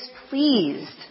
displeased